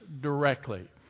directly